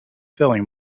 feeling